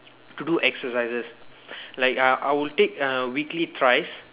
to do exercises like uh I will take uh weekly thrice